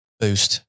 boost